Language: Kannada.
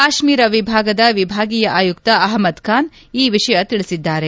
ಕಾಶ್ತೀರ ವಿಭಾಗದ ವಿಭಾಗೀಯ ಆಯುಕ್ತ ಅಹ್ನದ್ ಖಾನ್ ಈ ವಿಷಯ ತಿಳಿಸಿದ್ದಾರೆ